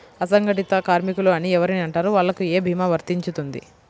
అసంగటిత కార్మికులు అని ఎవరిని అంటారు? వాళ్లకు ఏ భీమా వర్తించుతుంది?